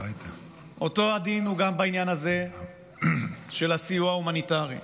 אותו הדין גם בעניין הזה של הסיוע ההומניטרי.